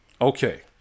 Okay